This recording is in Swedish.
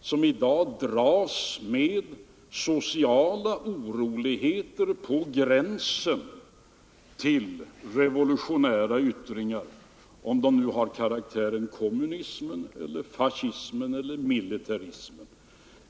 som i dag dras med sociala oroligheter på gränsen till revolutionära yttringar, vare sig de har karaktären av kommunism, fascism eller militarism.